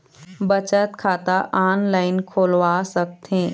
बचत खाता ऑनलाइन खोलवा सकथें?